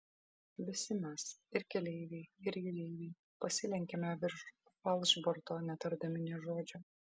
visi mes ir keleiviai ir jūreiviai pasilenkėme virš falšborto netardami nė žodžio